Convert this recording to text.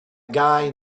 guy